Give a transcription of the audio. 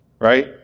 right